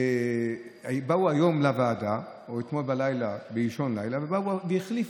באו היום לוועדה, או אתמול באישון לילה, והחליפו.